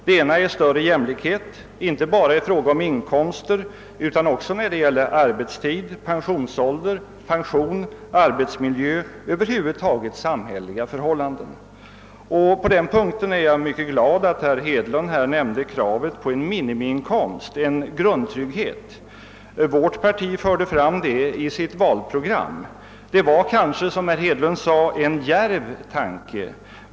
Det ena kravet är större jämlikhet, inte bara i fråga om inkomster utan också när det gäller arbetstid, pensionsålder, pension, arbetsmiljö och över huvud taget samhälleliga förhållanden. Jag är mycket glad över att herr Hedlund tog upp kravet på en minimiinkomst, en grundtrygghet. Vårt parti förde fram det i sitt valprogram. Det var kanske, som herr Hedlund sade, en djärv tanke.